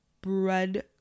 bread